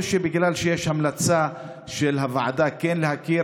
או בגלל שיש המלצה של הוועדה כן להכיר,